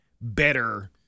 better